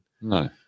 No